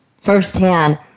firsthand